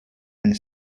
and